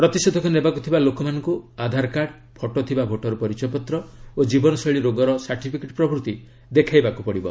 ପ୍ରତିଷେଧକ ନେବାକୁ ଥିବା ଲୋକମାନଙ୍କୁ ଆଧାରକାର୍ଡ ଫଟୋ ଥିବା ଭୋଟର ପରିଚୟପତ୍ର ଓ ଜୀବନଶୈଳୀ ରୋଗର ସାର୍ଟିଫିକେଟ୍ ପ୍ରଭୃତି ଦେଖାଇବାକୁ ପଡ଼ିବ